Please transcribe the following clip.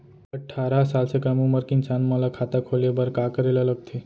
अट्ठारह साल से कम उमर के इंसान मन ला खाता खोले बर का करे ला लगथे?